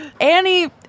Annie